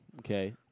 Okay